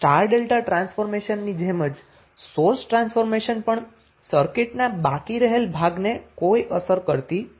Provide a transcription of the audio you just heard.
star delta ટ્રાન્સફોર્મેશનની જેમ જ સોર્સ ટ્રાન્સફોર્મેશન પણ સર્કિટના બાકી રહેલા ભાગને કોઈ અસર કરતી નથી